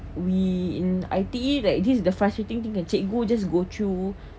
we in I_T_E right this is the frustrating thing ah cikgu just go just go through